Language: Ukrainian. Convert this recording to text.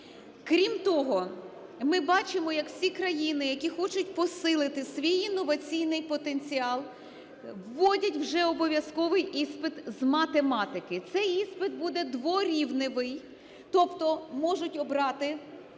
Крім того, ми бачимо, як всі країни, які хочуть посилити свій інноваційний потенціал, вводять вже обов'язковий іспит з математики. Цей іспит буде дворівневий, тобто можуть обрати: